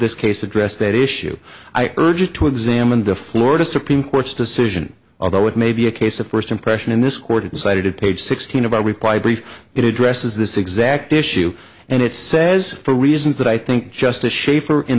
this case address that issue i urge you to examine the florida supreme court's decision although it may be a case of first impression in this court cited page sixteen about reply brief it addresses this exact issue and it says for reasons that i think just